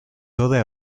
toda